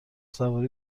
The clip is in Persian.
سواری